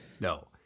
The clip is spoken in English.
no